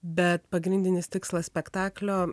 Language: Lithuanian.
bet pagrindinis tikslas spektaklio